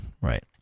right